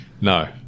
No